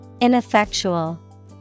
Ineffectual